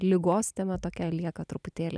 ligos tema tokia lieka truputėlį